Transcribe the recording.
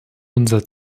unser